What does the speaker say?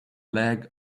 leg